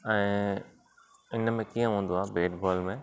ऐं हिन में कीअं हूंदो आहे बेट बॉल में